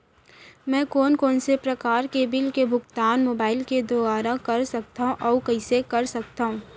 मैं कोन कोन से प्रकार के बिल के भुगतान मोबाईल के दुवारा कर सकथव अऊ कइसे कर सकथव?